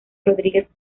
rodríguez